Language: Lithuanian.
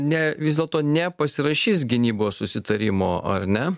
ne vis dėlto nepasirašys gynybos susitarimo ar ne